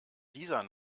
dieser